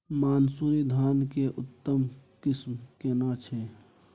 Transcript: मानसुरी धान के उन्नत किस्म केना छै?